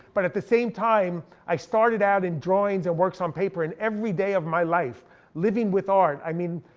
but at the same time i started out in drawings and works on paper, and every day of my life living with art. i mean,